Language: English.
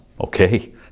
okay